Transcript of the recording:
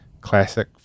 classic